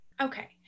okay